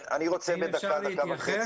בבקשה.